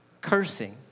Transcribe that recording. cursing